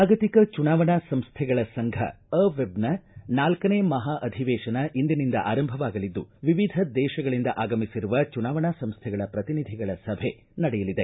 ಜಾಗತಿಕ ಚುನಾವಣಾ ಸಂಸ್ಥೆಗಳ ಸಂಘ ಅ ವೆಬ್ನ ನಾಲ್ಕನೇ ಮಹಾಧಿವೇಶನ ಇಂದಿನಿಂದ ಆರಂಭವಾಗಲಿದ್ದು ವಿವಿಧ ದೇಶಗಳಿಂದ ಆಗಮಿಸಿರುವ ಚುನಾವಣಾ ಸಂಸ್ಥೆಗಳ ಪ್ರತಿನಿಧಿಗಳ ಸಭೆ ನಡೆಯಲಿದೆ